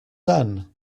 son